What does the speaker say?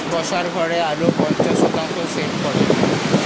বসার ঘরে আলো পঞ্চাশ শতাংশ সেট করো